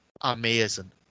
Amazing